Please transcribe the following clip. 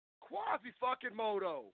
Quasi-fucking-moto